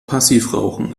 passivrauchen